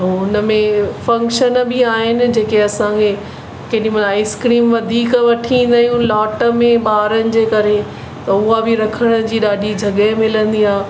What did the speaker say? ऐं हुनमें फंक्शन बि आहिनि जेके असांखे केॾी महिल आईस्क्रीम वधीक वठी ईंदा आहियूं लाट में ॿारनि जे करे त उहा बि रखण जी ॾाढी जॻहि मिलंदी आहे